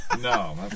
No